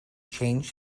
changed